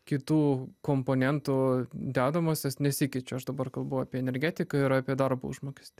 kitų komponentų dedamosios nesikeičia aš dabar kalbu apie energetiką ir apie darbo užmokestį